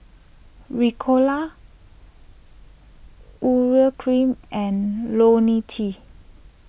Ricola Urea Cream and Ionil T